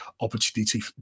opportunity